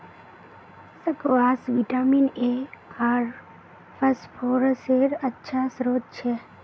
squash vitamin A आर फस्फोरसेर अच्छा श्रोत छ